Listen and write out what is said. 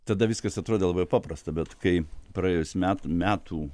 tada viskas atrodė labai paprasta bet kai praėjus metų metų